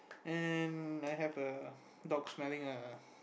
and I have a dogs smelling a